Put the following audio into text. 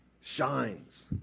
shines